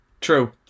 True